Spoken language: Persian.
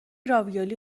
راویولی